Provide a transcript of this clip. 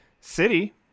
city